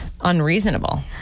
unreasonable